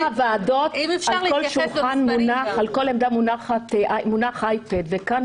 בוועדות אחרות על כל עמדה מונח אייפד וכאן,